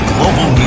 Global